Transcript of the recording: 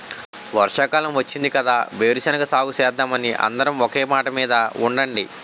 వర్షాకాలం వచ్చింది కదా వేరుశెనగ సాగుసేద్దామని అందరం ఒకే మాటమీద ఉండండి